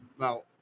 now